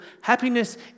Happiness